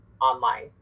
online